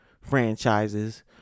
franchises